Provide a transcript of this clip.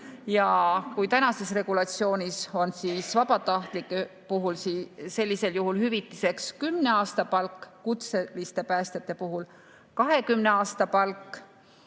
Kui tänases regulatsioonis on vabatahtlike puhul sellisel juhul hüvitiseks kümne aasta palk ja kutseliste päästjate puhul 20 aasta palk,